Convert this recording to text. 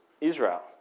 Israel